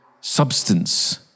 substance